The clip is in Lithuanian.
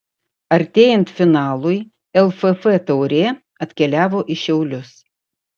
artėjant finalui lff taurė atkeliavo į šiaulius